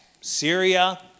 Syria